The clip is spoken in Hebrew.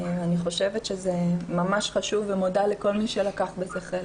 אני חושבת שזה ממש חשוב ומודה לכל מי שלקח בזה חלק.